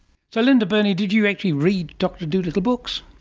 so linda burney, did you actually read dr dolittle books?